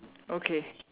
okay